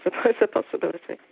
but it's a possibility,